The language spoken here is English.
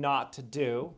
not to do